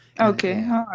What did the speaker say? Okay